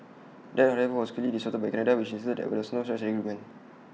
that however was quickly disputed by Canada which insisted that there was no such agreement